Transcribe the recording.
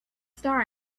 star